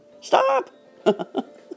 stop